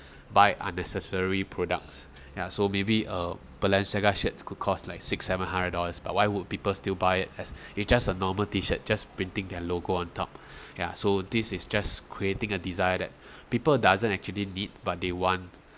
buy unnecessary products ya so maybe uh Balenciaga shirts could cost like six seven hundred dollars but why would people still buy it as it just a normal t shirt just printing their logo on top ya so this is just creating a desire that people doesn't actually need but they want